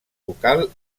local